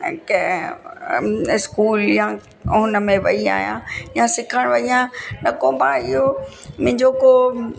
ऐं कंहिं न स्कूल या हुन में वेई आहियां या सिखण वेई आहियां न को मां इहो मुंहिंजो को